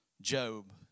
Job